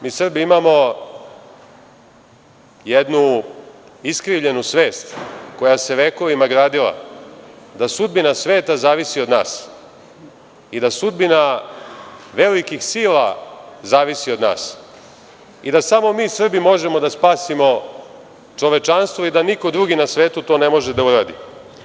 Mi Srbi imamo jednu iskrivljenu svest koja se vekovima gradila, da sudbina sveta zavisi od nas i da sudbina velikih sila zavisi od nas i da samo mi Srbi možemo da spasimo čovečanstvo i da niko drugi na svetu to ne može da uradi.